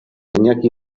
iñaki